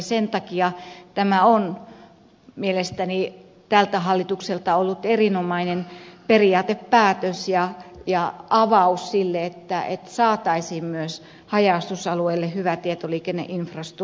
sen takia tämä on mielestäni tältä hallitukselta ollut erinomainen periaatepäätös ja avaus sille että saataisiin myös haja asutusalueille hyvä tietoliikenneinfrastruktuuri